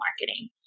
marketing